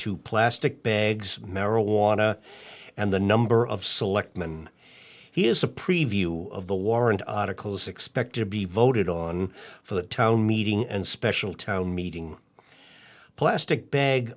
to plastic bags marijuana and the number of selectmen he has a preview of the warrant out of cols expect to be voted on for the town meeting and special town meeting plastic bag